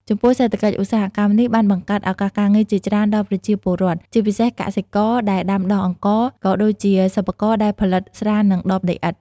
ចំពោះសេដ្ឋកិច្ច ឧស្សាហកម្មនេះបានបង្កើត ឱកាសការងារ ជាច្រើនដល់ប្រជាពលរដ្ឋ ជាពិសេសកសិករដែលដាំដុះអង្ករ ក៏ដូចជាសិប្បករដែលផលិតស្រា និងដបដីឥដ្ឋ។